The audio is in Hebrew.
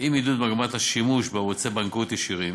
עם עידוד מגמת השימוש בערוצי בנקאות ישירים,